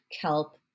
kelp